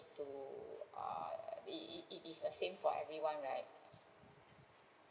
to err it it it is the same for everyone right